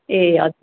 ए हजुर